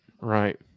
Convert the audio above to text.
right